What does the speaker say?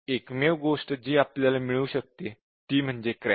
एकमेव गोष्ट जी आपल्याला मिळू शकते ती म्हणजे क्रॅश